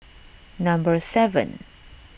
number seven